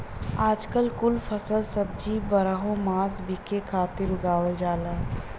आजकल कुल फल सब्जी बारहो मास बिके खातिर उगावल जाला